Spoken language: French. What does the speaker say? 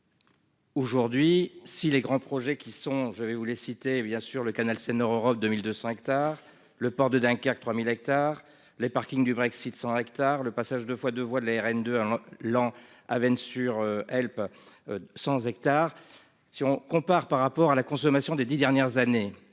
Aujourd'hui si les grands projets qui sont, je vais vous les citer bien sûr le canal Seine-Nord Europe 2200 hectares le port de Dunkerque 3000 hectares les parkings du Brexit 100 hectares le passage 2 fois 2 voies de la RN 2 Laon Avesnes sur Helpe. Sans hectares si on compare par rapport à la consommation des 10 dernières années